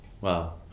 wow